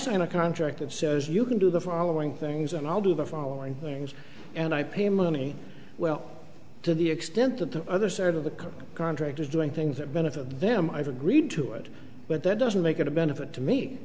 sign a contract that says you can do the following things and i'll do the following things and i pay money well to the extent that the other side of the contract is doing things that benefit them i've agreed to it but that doesn't make it a benefit to me